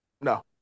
No